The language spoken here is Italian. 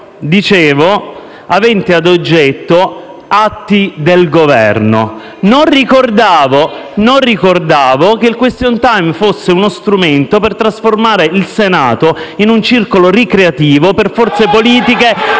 Dicevo, aventi ad oggetto atti del Governo. Non ricordavo che il *question time* fosse uno strumento per trasformare il Senato in un circolo ricreativo per forze politiche